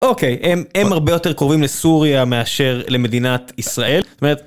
אוקיי, הם הרבה יותר קרובים לסוריה מאשר למדינת ישראל.